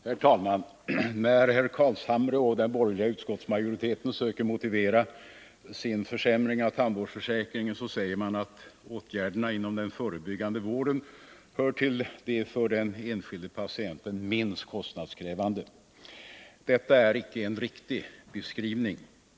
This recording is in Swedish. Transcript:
Herr talman! När herr Carlshamre och den borgerliga utskottsmajoriteten söker motivera sin försämring av tandvårdsförsäkringen säger man att åtgärderna inom den förebyggande vården hör till dem som är minst kostnadskrävande för den enskilde patienten. Detta är icke en riktig beskrivning.